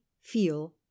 feel